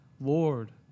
Lord